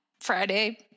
Friday